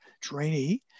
trainee